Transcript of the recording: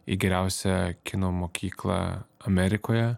į geriausią kino mokyklą amerikoje